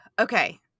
okay